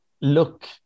look